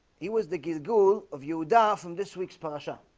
he was the giggle of you da from this week's pasha